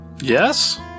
Yes